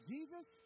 Jesus